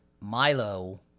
Milo